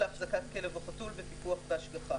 "היתר להחזקת כלב או חתול בפיקוח והשגחה